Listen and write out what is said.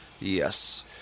Yes